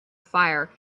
fire